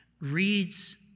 reads